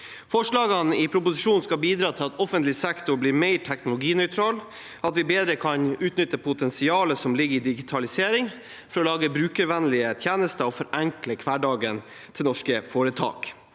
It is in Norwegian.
Forslagene i proposisjonen skal bidra til at offentlig sektor blir mer teknologinøytral, og at vi bedre kan utnytte potensialet som ligger i digitalisering for å lage brukervennlige tjenester og forenkle hverdagen til norske foretak.